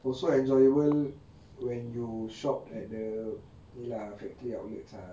was so enjoyable when you shop at the ni lah factory outlets